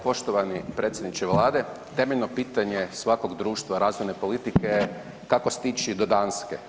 Poštovani predsjedniče Vlade, temeljno pitanje svakog društva razvoje politike je kako stići do Danske.